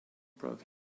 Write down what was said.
broke